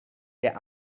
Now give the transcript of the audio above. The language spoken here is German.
der